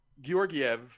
Georgiev